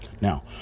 Now